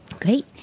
Great